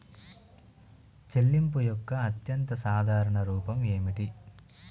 చెల్లింపు యొక్క అత్యంత సాధారణ రూపం ఏమిటి?